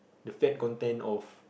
the fat content of